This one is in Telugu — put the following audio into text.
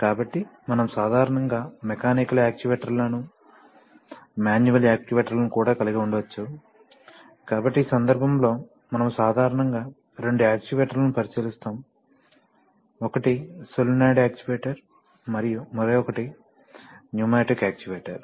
కాబట్టి మనం సాధారణంగా మెకానికల్ యాక్చుయేటర్లను మాన్యువల్ యాక్చుయేటర్లను కూడా కలిగి ఉండవచ్చు కాబట్టి ఈ సందర్భంలో మనము సాధారణంగా రెండు యాక్చుయేటర్లను పరిశీలిస్తాము ఒకటి సోలేనోయిడ్ యాక్చుయేటర్ మరియు మరొకటి న్యూమాటిక్ యాక్చుయేటర్